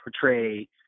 portray